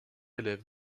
élève